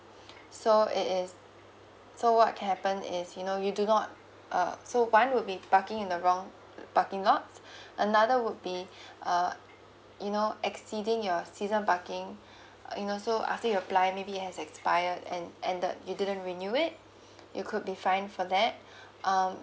so it is so what can happen is you know you do not uh so one would be parking in the wrong uh parking lots another would be uh you know exceeding your season parking uh you know so after you applied maybe it has expired and and uh you didn't renew it you could be fined for that um